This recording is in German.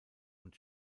und